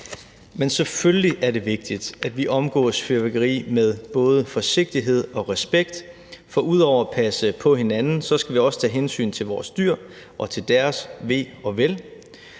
er selvfølgelig vigtigt, at vi omgås fyrværkeri med både forsigtighed og respekt, for ud over at passe på hinanden skal vi også tage hensyn til vores dyr og deres ve og vel.